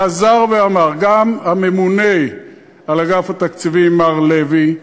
חזר ואמר גם הממונה על אגף התקציבים, מר לוי,